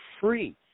Free